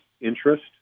interest